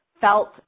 felt